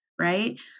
right